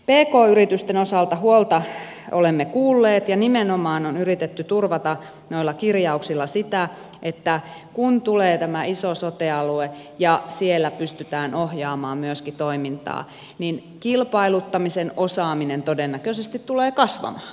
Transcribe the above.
pk yritysten osalta huolta olemme kuulleet ja nimenomaan on yritetty turvata noilla kirjauksilla sitä että kun tulee tämä iso sote alue ja siellä pystytään ohjaamaan myöskin toimintaa niin kilpailuttamisen osaaminen todennäköisesti tulee kasvamaan